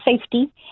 safety